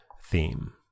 theme